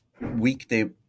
weekday